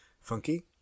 funky